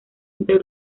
entre